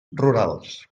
rurals